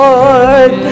Lord